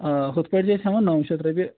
آ ہُتھ کٔنۍ چھِ ٲسۍ ہٮ۪وان نَو شَتھ رۄپیہِ